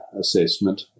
assessment